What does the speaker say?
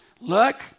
Look